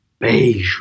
beijo